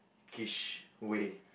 kitsch way